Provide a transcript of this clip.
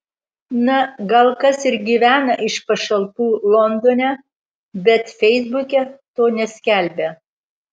na gal kas ir gyvena iš pašalpų londone bet feisbuke to neskelbia